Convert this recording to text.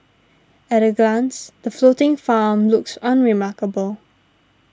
at a glance the floating farm looks unremarkable